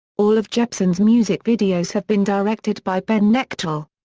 all of jepsen's music videos have been directed by ben knechtel.